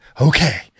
okay